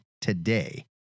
today